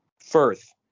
Firth